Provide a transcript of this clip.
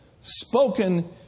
spoken